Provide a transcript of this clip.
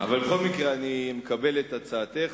בכל מקרה אני מקבל את הצעתך,